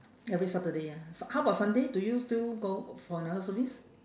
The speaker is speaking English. every saturday ah su~ how about sunday do you still go for another service